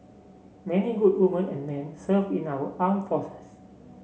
many good woman and men serve in our armed forces